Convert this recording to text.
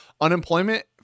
Unemployment